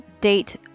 date